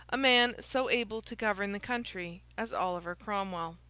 a man so able to govern the country as oliver cromwell.